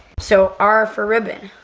so, r for ribbon.